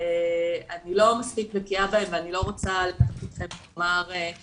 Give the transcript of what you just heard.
אני לא מספיק בקיאה בתחומים שהם לא פליליים.